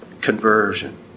Conversion